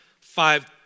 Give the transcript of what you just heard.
five